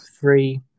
three